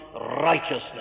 righteousness